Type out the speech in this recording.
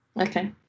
Okay